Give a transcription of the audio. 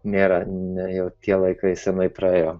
nėra ne jau tie laikai seniai praėjo